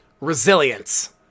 Resilience